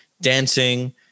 dancing